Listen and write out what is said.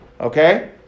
Okay